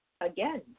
again